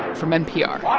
from npr